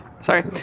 Sorry